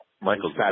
Michael